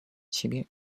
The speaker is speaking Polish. ciebie